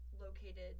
located